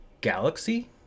galaxy